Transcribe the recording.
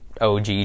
OG